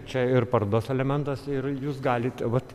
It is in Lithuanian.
čia ir parodos elementas ir jūs galite vat